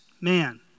man